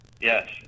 yes